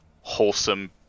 wholesome